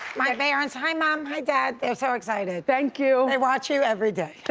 my parents, hi mom, hi dad. they're so excited. thank you. they watch you everyday.